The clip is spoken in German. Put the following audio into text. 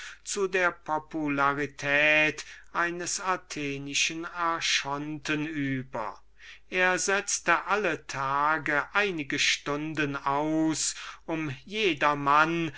zu der popularität eines atheniensischen archonten über setzte alle tage einige stunden aus um jedermann